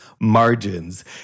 margins